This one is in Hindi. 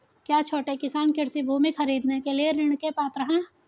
क्या छोटे किसान कृषि भूमि खरीदने के लिए ऋण के पात्र हैं?